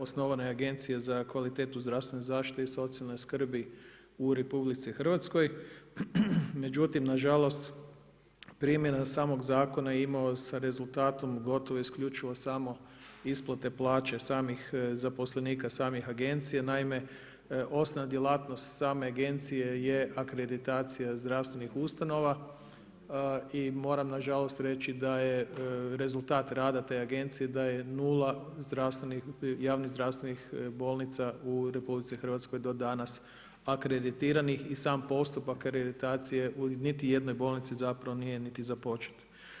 Osnovana je Agencija za kvalitetnu zdravstvene zaštite i socijalne skrbi u RH, međutim, nažalost, primjena samog zakona je imalo sa rezultatom, gotovo isključivo samo isplate plaće, samih zaposlenika, samih agencija, naime, osnovna djelatnost same Agencije je akreditacija zdravstvenih ustanova i moram nažalost reći da je rezultat rada te Agencije da je 0 javnih zdravstvenih bolnica u Republici Hrvatskoj do danas akreditiranih i sam postupak akreditacije u niti jednoj bolnici zapravo nije niti započet.